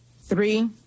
three